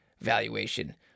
valuation